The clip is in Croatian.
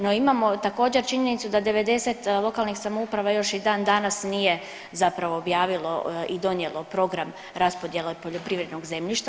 No, imamo također činjenicu da 90 lokalnih samouprava još i dan danas nije zapravo objavilo i donijelo program raspodjele poljoprivrednog zemljišta.